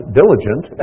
diligent